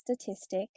statistic